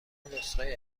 نسخه